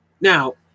now